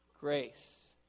grace